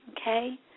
okay